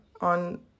on